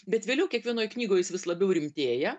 bet vėliau kiekvienoj knygoj jis vis labiau rimtėja